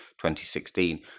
2016